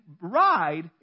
ride